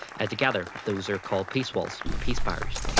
ah together those are called peace walls, peace barriers.